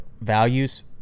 values